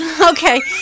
Okay